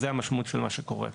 זו המשמעות של מה שקורה פה.